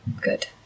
good